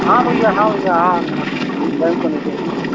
हाँ भैया हाँ भैया हाँ नमस्कार बैंक मैनेजर बोल रहा हूँ